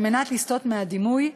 ועל מנת לסטות מהדימוי,